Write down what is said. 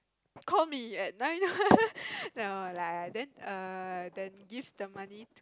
call me at nine no lah then err then give the money to